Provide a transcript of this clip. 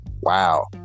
Wow